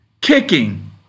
kicking